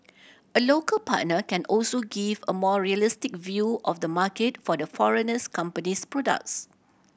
a local partner can also give a more realistic view of the market for the foreignness company's products